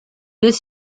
this